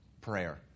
prayer